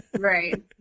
Right